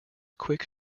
quick